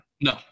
no